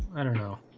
i don't know.